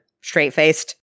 straight-faced